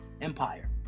empire